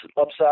upside